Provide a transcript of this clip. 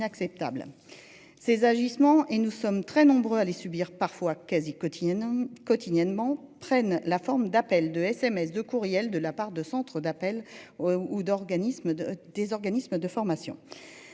Ces agissements et nous sommes très nombreux à les subir parfois quasi quotidiennes quotidiennement prennent la forme d'appel de SMS de courriels de la part de centres d'appel ou d'organismes de des